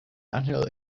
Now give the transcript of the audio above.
annual